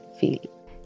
feel